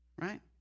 right